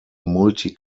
multi